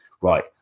Right